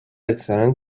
اکثرا